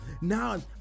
Now